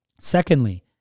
Secondly